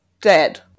dead